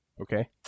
Okay